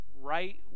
right